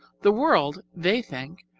the world, they think,